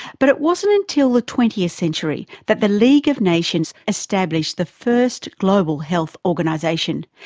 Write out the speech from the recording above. but it wasn't until the twentieth century that the league of nations established the first global health organisation,